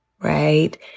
Right